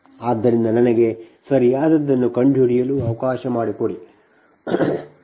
ಆದ್ದರಿಂದ ನನಗೆ ಸರಿಯಾದದನ್ನು ಕಂಡುಹಿಡಿಯಲು ಅವಕಾಶ ಮಾಡಿಕೊಡಿ ಅಂದರೆ ಇದು ನಿಮ್ಮದು